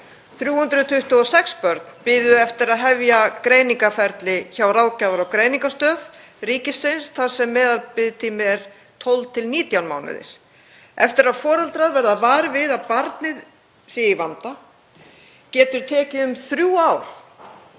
326 börn biðu eftir að hefja greiningarferli hjá Ráðgjafar- og greiningarstöð ríkisins þar sem meðalbiðtími er 12–19 mánuðir. Eftir að foreldrar verða varir við að barnið sé í vanda getur tekið um þrjú ár